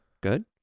good